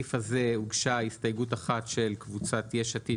לסעיף הזה הוגשה הסתייגות אחת של קבוצת יש עתיד,